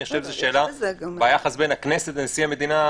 אני חושב שביחס בין הכנסת לנשיא המדינה,